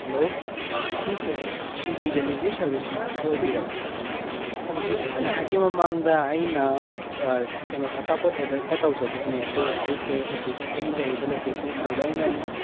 hello ꯁꯤꯁꯦ ꯁ꯭ꯋꯤꯒꯤ delivery ꯁꯥꯔꯕꯤꯁꯇꯣ ꯑꯣꯏꯕꯤꯔꯕ ꯍꯧꯖꯤꯛ ꯉꯥꯏꯍꯥꯛꯀꯤ ꯃꯃꯥꯡꯗ ꯑꯩꯅ ꯀꯩꯅꯣ ꯑꯆꯥꯄꯣꯠ ꯑꯣꯔꯗꯔ ꯈꯔ ꯇꯧꯖꯈꯤꯕꯅꯦ ꯑꯗꯣ ꯑꯩꯁꯦ ꯍꯧꯖꯤꯛ ꯑꯩꯒꯤ ꯂꯩꯔꯤꯕ ꯂꯣꯀꯦꯁꯟꯁꯤꯡꯁꯦ ꯂꯣꯏꯅ